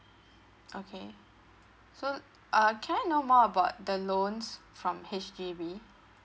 okay so uh can I know more about the loans from H_D_B